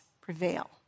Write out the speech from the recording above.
prevail